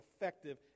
effective